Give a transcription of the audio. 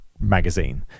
magazine